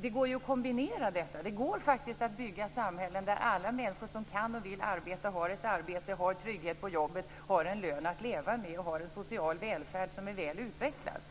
Det går att kombinera detta. Det går faktiskt att bygga samhällen där alla människor som kan och vill arbeta har ett arbete, har trygghet på jobbet, har en lön att leva av och har en social välfärd som är väl utvecklad.